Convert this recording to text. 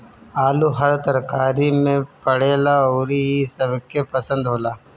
आलू हर तरकारी में पड़ेला अउरी इ सबके पसंद होला